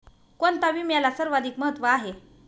कोणता विम्याला सर्वाधिक महत्व आहे?